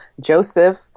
Joseph